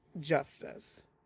justice